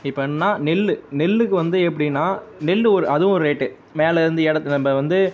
இப்போ என்ன நெல் நெல்லுக்கு வந்து எப்படின்னா நெல் ஒரு அதுவும் ஒரு ரேட்டு மேலேருந்து இடத்த நம்ப வந்து